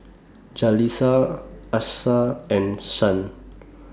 Jaleesa Achsah and Shan